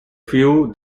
few